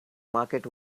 market